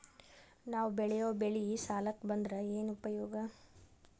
ನಾವ್ ಬೆಳೆಯೊ ಬೆಳಿ ಸಾಲಕ ಬಂದ್ರ ಏನ್ ಉಪಯೋಗ?